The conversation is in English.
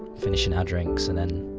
finishing our drinks, and then.